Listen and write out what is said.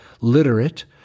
literate